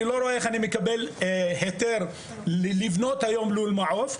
אני לא רואה איך אני מקבל היתר לבנות היום לול מעוף.